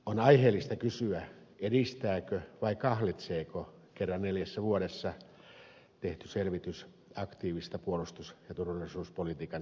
on aiheellista kysyä edistääkö vai kahlitseeko kerran neljässä vuodessa tehty selvitys aktiivista puolustus ja turvallisuuspolitiikan päätöksentekoa